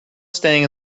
staying